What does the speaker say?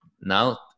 now